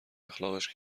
اخلاقش